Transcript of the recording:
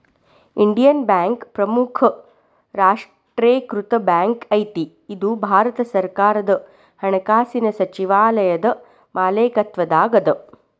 Indian bank ಪ್ರಮುಖ ರಾಷ್ಟ್ರೇಕೃತ bank ಐತಿ ಇದು ಭಾರತ ಸರ್ಕಾರದ ಹಣಕಾಸಿನ್ ಸಚಿವಾಲಯದ ಮಾಲೇಕತ್ವದಾಗದ